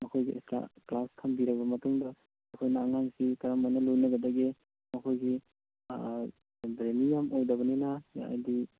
ꯃꯈꯣꯏꯒꯤ extra class ꯊꯝꯕꯤꯔꯕ ꯃꯇꯨꯡꯗ ꯑꯩꯈꯣꯏꯅ ꯑꯉꯥꯡꯁꯤ ꯀꯔꯝꯕꯅ ꯂꯣꯏꯅꯒꯗꯒꯦ ꯃꯈꯣꯏꯒꯤ ꯕ꯭ꯔꯦꯟꯅꯤ ꯌꯥꯝ ꯑꯣꯏꯗꯕꯅꯤꯅ ꯍꯥꯏꯗꯤ